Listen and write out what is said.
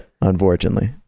unfortunately